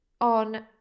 on